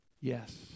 Yes